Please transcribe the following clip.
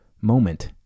moment